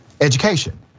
education